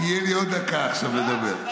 תהיה לי עוד דקה עכשיו לדבר.